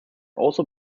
also